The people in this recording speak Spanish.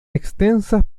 extensas